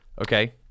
Okay